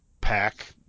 Pack